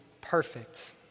perfect